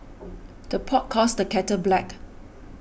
the pot calls the kettle black